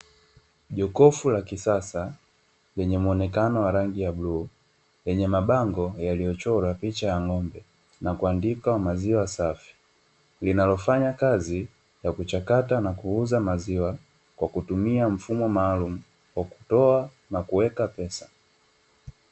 Jokofu la kisasa lenye muonekano wa rangi ya buluu, lenye mabango yaliyo chorwa picha ya ng'ombe na kuandikwa maziwa safi. Linalofanya kazi ya kuchakata na kuuza maziwa kwa kutumia mfumo maalumu wa kutoa na kuweka pesa.